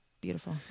beautiful